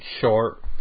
short